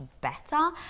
better